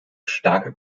starke